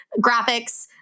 graphics